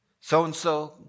so-and-so